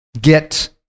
get